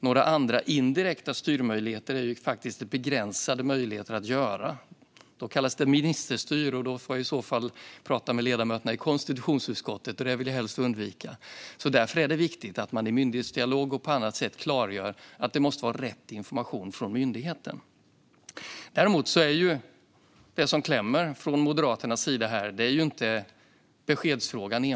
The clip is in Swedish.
Någon annan indirekt styrning är jag faktiskt begränsad att göra. Annars kallas det ministerstyre, och då får jag tala med ledamöterna i konstitutionsutskottet, vilket jag helst vill undvika. Därför är det viktigt att man i myndighetsdialog och på annat sätt klargör att det måste vara rätt information från myndigheten. Det är inte bara i beskedsfrågan skon klämmer för Moderaterna utan i skattefrågan.